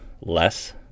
less